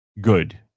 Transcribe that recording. good